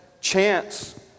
chance